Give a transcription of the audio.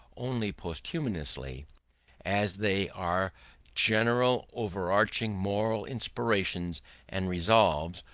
only posthumously as they are general overarching moral inspirations and resolves,